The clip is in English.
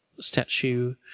Statue